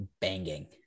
Banging